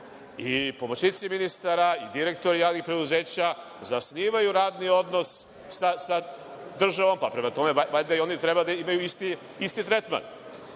i pomoćnici ministara i direktori javnih preduzeća zasnivaju radni odnos sa državom, pa valjda i oni treba da imaju isti tretman.